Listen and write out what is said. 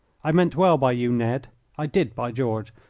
i meant well by you, ned i did, by george,